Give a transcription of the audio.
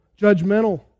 judgmental